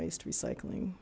waste recycling